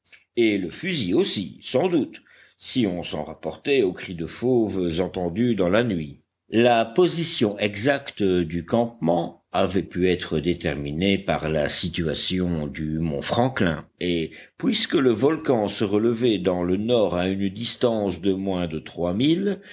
et le fusil aussi sans doute si on s'en rapportait aux cris de fauves entendus dans la nuit la position exacte du campement avait pu être déterminée par la situation du mont franklin et puisque le volcan se relevait dans le nord à une distance de moins de